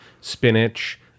spinach